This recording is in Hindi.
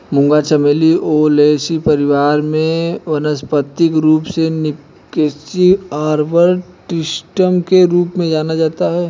मूंगा चमेली ओलेसी परिवार से वानस्पतिक रूप से निक्टेन्थिस आर्बर ट्रिस्टिस के रूप में जाना जाता है